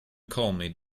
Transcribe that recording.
calmly